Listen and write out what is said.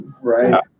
Right